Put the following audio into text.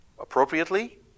appropriately